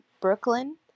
Brooklyn